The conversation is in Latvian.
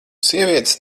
sievietes